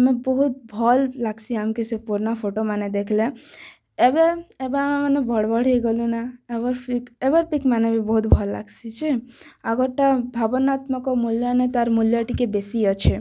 ଆମେ ବହୁତ୍ ଭଲ୍ ଲାଗ୍ସି ଆମ୍କେ ସେ ପୁର୍ନା ଫୋଟୋ ମାନେ ଦେଖ୍ଲେ ଏଭେ ଏଭେ ଆମେମାନେ ବଡ଼ ବଡ଼ ହେଇଗଲୁଁ ନା ଏଭର୍ ପିକ୍ ଏଭର୍ ପିକ୍ସ୍ମାନ୍ ବି ବହୁତ୍ ଭଲ୍ ଲାଗ୍ସି ଯେ ଆଗର୍ଟା ଭାବନାତ୍ମାକ୍ ମୂଲ୍ୟ ନାଇ ତା'ର୍ ମୂଲ୍ୟ ଟିକେ ବେଶୀ ଅଛେ